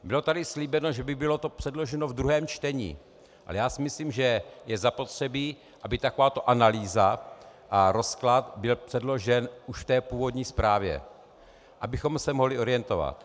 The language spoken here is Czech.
Bylo tu slíbeno, že by to bylo předloženo ve druhém čtení, ale já si myslím, že je zapotřebí, aby takováto analýza a rozklad byly předloženy už v té původní zprávě, abychom se mohli orientovat.